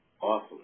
Awesome